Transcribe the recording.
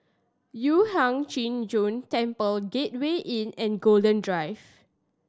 Yu Huang Zhi Zun Temple Gateway Inn and Golden Drive